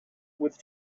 with